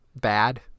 bad